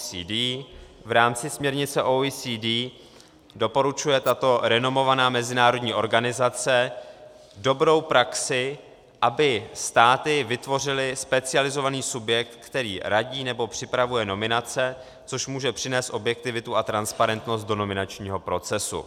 V rámci směrnice OECD doporučuje tato renomovaná mezinárodní organizace dobrou praxi, aby státy vytvořily specializovaný subjekt, který radí nebo připravuje nominace, což může přinést objektivitu a transparentnost do nominačního procesu.